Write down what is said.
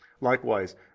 Likewise